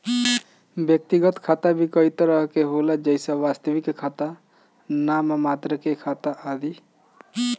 व्यक्तिगत खाता भी कई तरह के होला जइसे वास्तविक खाता, नाम मात्र के खाता आदि